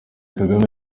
kagame